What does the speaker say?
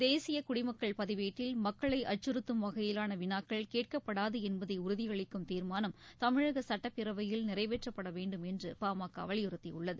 தேசிய குடிமக்கள் பதிவேட்டில் மக்களை அச்சுறுத்தும் வகையிலான விளாக்கள் கேட்கப்படாது என்பதை உறுதியளிக்கும் தீர்மானம் தமிழக சுட்டப்பேரவையில் நிறைவேற்றப்பட வேண்டும் என்று பாமக வலியுறுத்தியுள்ளது